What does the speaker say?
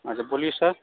अच्छा बोलिए सर